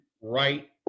right